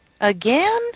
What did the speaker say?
Again